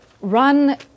Run